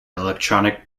electronic